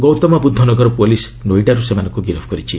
Gautam Buddha Nagar police ନୋଇଡାରୁ ସେମାନଙ୍କୁ ଗିରଫ କରିଛି